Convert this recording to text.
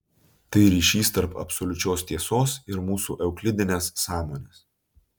tai ryšys tarp absoliučios tiesos ir mūsų euklidinės sąmonės